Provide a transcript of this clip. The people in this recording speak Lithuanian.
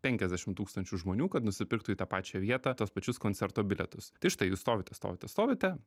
penkiasdešim tūkstančių žmonių kad nusipirktų į tą pačią vietą tuos pačius koncerto bilietus tai štai jūs stovite stovite stovite